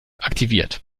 aktiviert